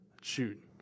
shoot